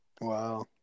Wow